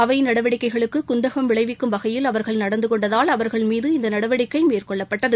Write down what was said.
அவை நடவடிக்கைகளுக்கு குந்தகம் விளைவிக்கும் வகையில் அவர்கள் நடந்து கொண்டதால் அவா்கள் மீது இந்த நடவடிக்கை மேற்கொள்ளப்பட்டது